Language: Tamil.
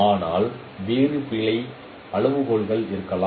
ஆனால் வேறு பிழை அளவுகோல்கள் இருக்கலாம்